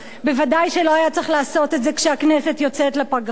ודאי שלא היה צריך לעשות את זה כשהכנסת יוצאת לפגרה.